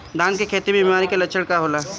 धान के खेती में बिमारी का लक्षण का होला?